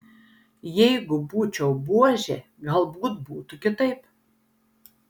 jeigu būčiau buožė galbūt būtų kitaip